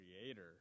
creator